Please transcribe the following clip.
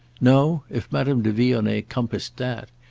no, if madame de vionnet compassed that,